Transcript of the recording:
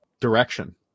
direction